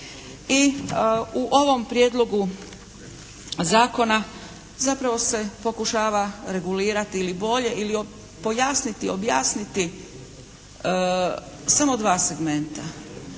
I u ovom prijedlogu zakona zapravo se pokušava regulirati ili bolje ili pojasniti, objasniti samo dva segmenta,